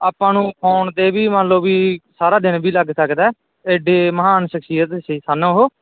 ਆਪਾਂ ਨੂੰ ਫੋਨ 'ਤੇ ਵੀ ਮੰਨ ਲਓ ਵੀ ਸਾਰਾ ਦਿਨ ਵੀ ਲੱਗ ਸਕਦਾ ਐਡੇ ਮਹਾਨ ਸ਼ਖਸ਼ੀਅਤ ਸੀ ਸਨ ਉਹ